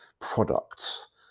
products